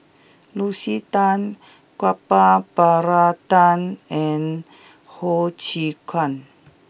Lucy Tan Gopal Baratham and Ho Chee Kong